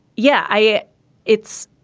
yeah i it's.